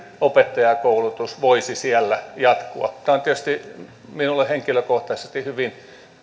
opettajankoulutus voisi siellä jatkua tämä on tietysti minulle henkilökohtaisesti hyvin